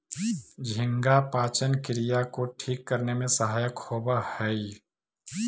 झींगा पाचन क्रिया को ठीक करने में सहायक होवअ हई